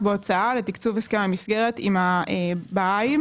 בהוצאה לתקצוב הסכם המסגרת עם הבהאים,